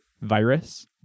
virus